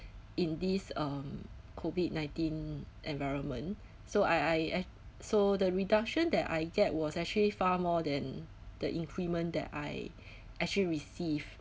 in this um COVID-nineteen environment so I I eh so the reduction that I get was actually far more than the increment that I actually receive